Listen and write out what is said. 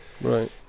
right